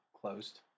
closed